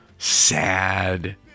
sad